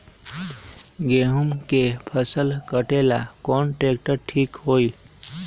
गेहूं के फसल कटेला कौन ट्रैक्टर ठीक होई?